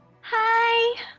Hi